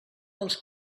els